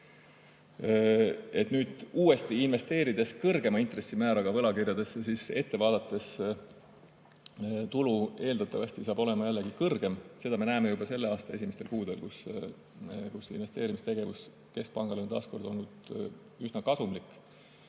kui nüüd uuesti investeerida kõrgema intressimääraga võlakirjadesse, siis ette vaadates tulu eeldatavasti saab olema jällegi suurem. Seda me oleme näinud juba selle aasta esimestel kuudel, kui keskpanga investeerimistegevus on taas kord olnud üsna kasumlik.